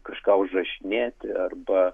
kažką užrašinėti arba